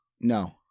No